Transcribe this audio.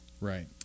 Right